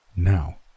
Now